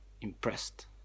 impressed